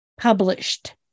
published